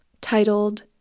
titled